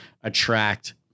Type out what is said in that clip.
attract